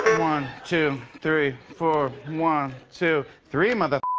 one, two, three, four. one, two, three, mother